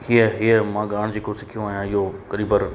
हींअर हींअर मां ॻाइण जेको सिखियो आहियां इहो क़रीबनि